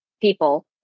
people